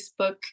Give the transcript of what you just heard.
facebook